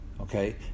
Okay